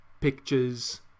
pictures